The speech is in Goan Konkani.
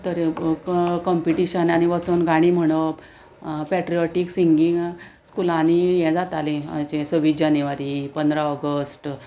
तर कॉम्पिटिशनांनी वचून गाणी म्हणप पेट्रिऑटीक सिंगींग स्कुलांनी हें जातालें जें सव्वीस जानेवारी पंदरा ऑगस्ट